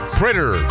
printer